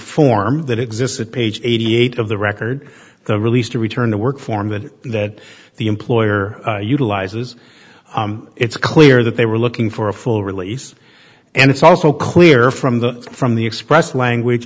form that existed page eighty eight of the record the release to return to work form that that the employer utilizes it's clear that they were looking for a full release and it's also clear from the from the express language